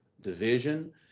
division